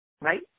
Right